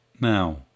now